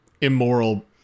immoral